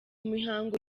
mihango